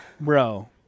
Bro